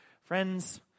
Friends